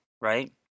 Right